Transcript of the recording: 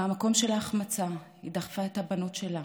מהמקום של ההחמצה היא דחפה את הבנות שלה